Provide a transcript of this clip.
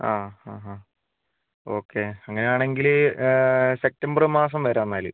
ആ ആ ആ ഓക്കെ അങ്ങനെ ആണെങ്കിൽ സെപ്റ്റംബർ മാസം വരാം എന്നാൽ